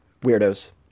weirdos